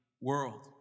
world